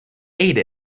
ate